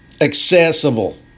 accessible